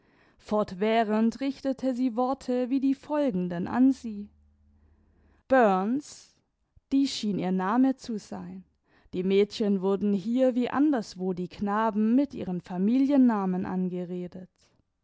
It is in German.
fortwährend richtete sie worte wie die folgenden an sie burns dies schien ihr name zu sein die mädchen wurden hier wie anderswo die knaben mit ihren familiennamen angeredet